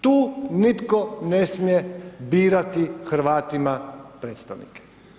Tu nitko ne smije birati Hrvatima predstavnike.